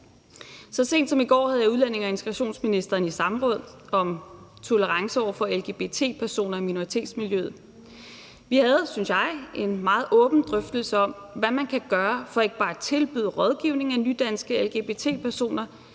Så sent som i går havde jeg udlændinge- og integrationsministeren i samråd om tolerance over for lgbt-personer i minoritetsmiljøet. Vi havde, synes jeg, en meget åben drøftelse om, hvad man kan gøre for ikke bare at tilbyde rådgivning af nydanske lgbt-personer,